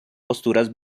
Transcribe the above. posturas